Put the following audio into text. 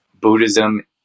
Buddhism